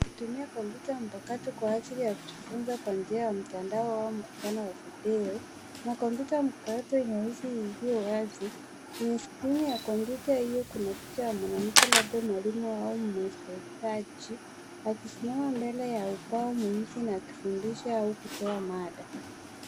Akitumia kompyuta mpakato kwa ajili ya kujifunza kwa njia ya mtandao au mkutano wa video. Kuna kompyuta mpakato nyeusi iliyo wazi. Kwenye skrini ya kompyuta hio kuna picha ya mwanamke labda mwalimu au msikilizaji akisimama mbele ya ubao mweusi na kifundisho au kutoa mada.